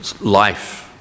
life